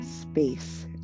space